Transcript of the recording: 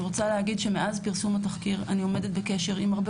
אני רוצה להגיד שמאז פרסום התחקיר אני עומדת בקשר עם הרבה